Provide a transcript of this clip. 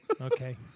Okay